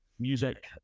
music